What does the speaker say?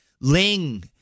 ling